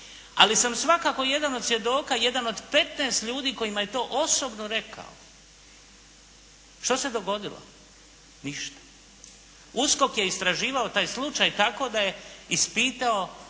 ali sam svakako jedan od svjedoka, jedan od 15 ljudi kojima je to osobno rekao. Što se dogodilo? Ništa. USKOK je istraživao taj slučaj tako da je ispitao